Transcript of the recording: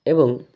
ଏବଂ